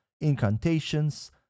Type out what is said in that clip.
incantations